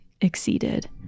exceeded